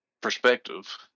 perspective